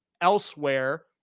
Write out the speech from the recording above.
elsewhere